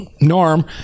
Norm